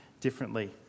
differently